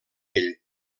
ell